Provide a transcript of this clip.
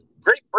Great